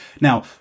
Now